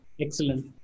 Excellent